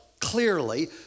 clearly